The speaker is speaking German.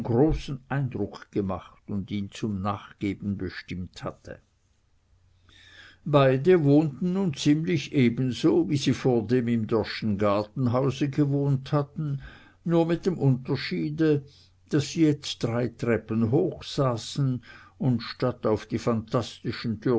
großen eindruck gemacht und ihn zum nachgeben bestimmt hatte beide wohnten nun ziemlich ebenso wie sie vordem im dörrschen gartenhause gewohnt hatten nur mit dem unterschiede daß sie jetzt drei treppen hoch saßen und statt auf die phantastischen